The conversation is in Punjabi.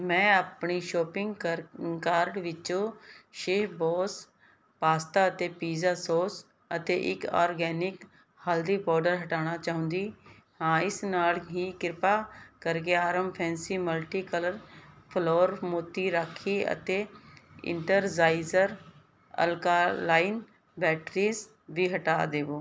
ਮੈਂ ਆਪਣੀ ਸ਼ੋਪਿੰਗ ਕਰ ਕਾਰਟ ਵਿਚੋਂ ਸ਼ੈੱਫਬੌਸ ਪਾਸਤਾ ਅਤੇ ਪੀਜ਼ਾ ਸੌਸ ਅਤੇ ਇੱਕ ਆਰਗੈਨਿਕ ਹਲਦੀ ਪਾਊਡਰ ਹਟਾਉਣਾ ਚਾਹੁੰਦੀ ਹਾਂ ਇਸ ਨਾਲ ਹੀ ਕ੍ਰਿਪਾ ਕਰਕੇ Arham fancy multi colour floral ਮੋਤੀ ਰਾਖੀ ਅਤੇ ਇਨਰਜਾਇਜ਼ਰ ਅਲਕਾਲਾਇਨ ਬੈਟਰੀਜ਼ ਵੀ ਹਟਾ ਦਵੋ